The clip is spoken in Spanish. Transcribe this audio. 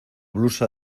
blusa